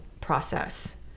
process